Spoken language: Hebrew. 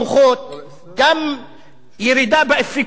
גם ירידה באפקטיביות של השכר,